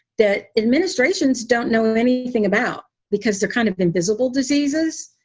that administrations don't know anything about because they're kind of invisible diseases.